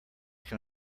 can